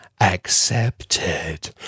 accepted